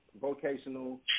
vocational